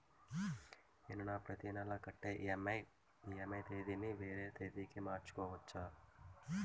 నేను నా ప్రతి నెల కట్టే ఈ.ఎం.ఐ ఈ.ఎం.ఐ తేదీ ని వేరే తేదీ కి మార్చుకోవచ్చా?